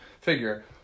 figure